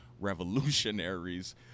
revolutionaries